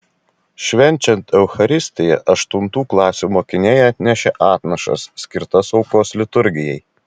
švenčiant eucharistiją aštuntų klasių mokiniai atnešė atnašas skirtas aukos liturgijai